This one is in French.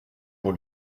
pour